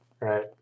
right